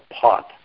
pot